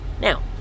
Now